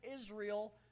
Israel